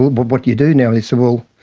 what do you do now? he said, well,